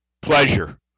pleasure